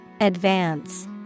Advance